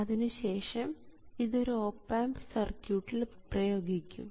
അതിനുശേഷം ഇത് ഒരു ഓപ് ആമ്പ് സർക്യൂട്ടിൽ പ്രയോഗിക്കും